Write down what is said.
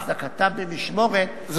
החזקתם במשמורת,